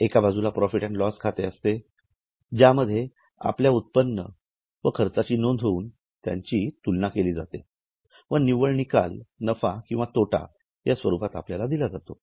एका बाजूस profit and loss खाते असते ज्यामध्ये आपल्या उत्पन्न व खर्चाची नोंद होऊन त्याची तुलना केली जाते व निव्वळ निकाल नफा किंवा तोटा या स्वरूपात आपल्याला दिला जातो